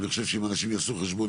ואני חושב שאם אנשים יעשו חשבון,